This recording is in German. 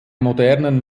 modernen